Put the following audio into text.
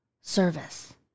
service